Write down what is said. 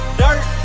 dirt